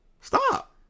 Stop